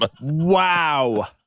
Wow